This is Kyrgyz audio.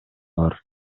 бар